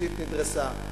התשתית נדרסה,